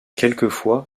quelquefois